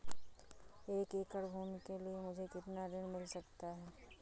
एक एकड़ भूमि के लिए मुझे कितना ऋण मिल सकता है?